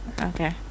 Okay